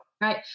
right